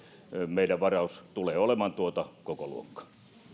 meillä varaus tulee olemaan tuota kokoluokkaa